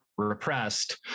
Repressed